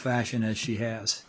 fashion as she has